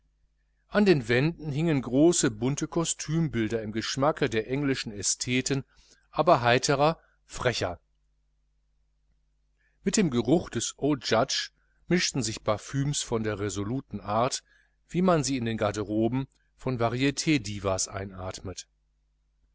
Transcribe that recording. an den wänden hingen große bunte kostümbilder im geschmacke der englischen ästheten aber heiterer frecher mit dem geruch des old judge mischten sich parfüms von der resoluten art wie man sie in den garderoben von varitdivas einatmet